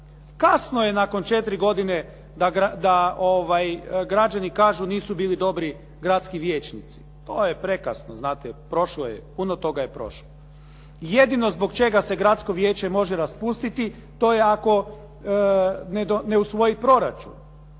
Kasno je nakon 4 godine da građani kažu nisu bili dobri gradski vijećnici. To je prekasno, znate puno toga je prošlo. Jedino zbog čega se gradsko vijeće može raspustiti, to je ako ne usvoji proračun.